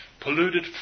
polluted